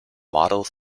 model